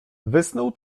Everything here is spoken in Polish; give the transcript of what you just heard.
wysnuł